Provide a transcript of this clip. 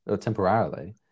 temporarily